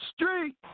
Street